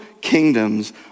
kingdoms